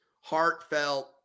heartfelt